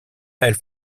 elle